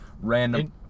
random